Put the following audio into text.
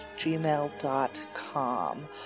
gmail.com